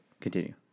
continue